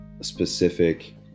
specific